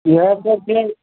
इहए सब चीज